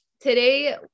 Today